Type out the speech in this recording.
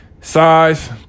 Size